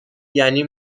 یعنی